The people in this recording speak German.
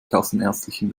kassenärztlichen